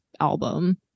album